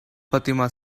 fatima